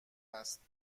است